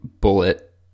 bullet